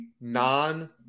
non